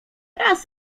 raz